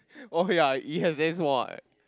oh ya you have Xavier's mod